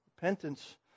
Repentance